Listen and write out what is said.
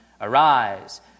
Arise